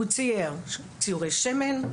הוא צייר ציורי שמן,